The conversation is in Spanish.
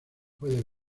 puede